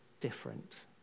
different